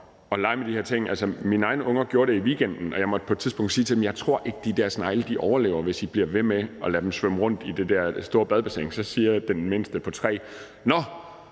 at lege med de her ting. Altså, mine egne unger gjorde det i weekenden, og jeg måtte på et tidspunkt sige til dem: Jeg tror ikke, at de der snegle overlever, hvis I bliver ved med at lade dem svømme rundt i det der store badebassin. Så siger den mindste på 3 år: Nå,